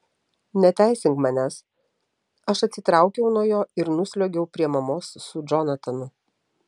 neteisink manęs aš atsitraukiau nuo jo ir nusliuogiau prie mamos su džonatanu